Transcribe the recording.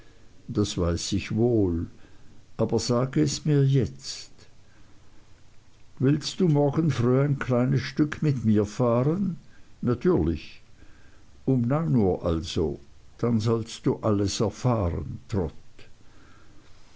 das weiß ich wohl aber sage es mir jetzt willst du morgen früh ein kleines stück mit mir fahren natürlich um neun uhr also dann sollst du alles erfahren